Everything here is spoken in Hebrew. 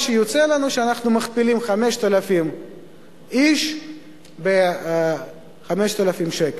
מה שיוצא לנו שאנחנו מכפילים 5,000 איש ב-5,000 שקל,